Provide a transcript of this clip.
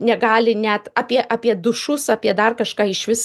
negali net apie apie dušus apie dar kažką išvis